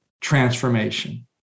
transformation